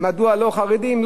לא חרדים,